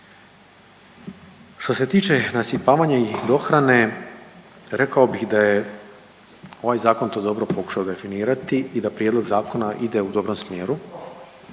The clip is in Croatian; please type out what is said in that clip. Što se tiče nasipavanja i dohrane rekao bih da je ovaj zakon to dobro pokušao definirati i da prijedlog zakona ide u dobrom smjeru.